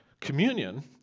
Communion